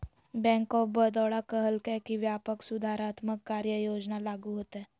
bank of Baroda कहलकय कि व्यापक सुधारात्मक कार्य योजना लागू होतय